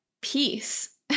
peace